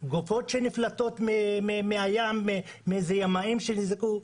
גופות שנפלטות מהים של ימאים שנזרקו.